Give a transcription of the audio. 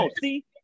see